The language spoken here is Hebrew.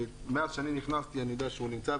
מאז שאני נכנסתי אני יודע שהוא נמצא,